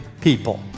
people